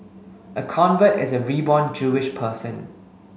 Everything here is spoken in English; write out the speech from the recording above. a convert is a reborn Jewish person